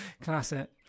Classic